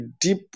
deep